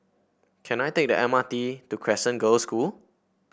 can I take the M R T to Crescent Girls' School